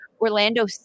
Orlando